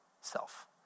self